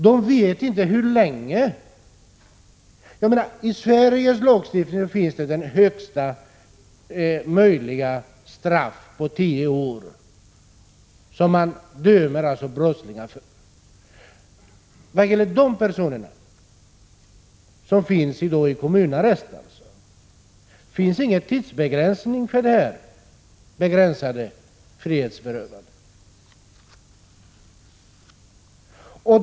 De vet inte hur länge detta skall gälla. I Sveriges lagstiftning finns det en högsta gräns för de straff man kan döma brottslingar till: tio år. Men vad gäller de personer som sitter i kommunarrest finns generellt ingen tidsbegränsning för det begränsade frihetsberövandet.